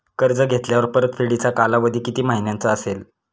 कर्ज घेतल्यावर परतफेडीचा कालावधी किती महिन्यांचा असेल?